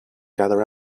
gather